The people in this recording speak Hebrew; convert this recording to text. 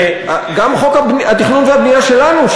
וגם חוק התכנון והבנייה שלנו,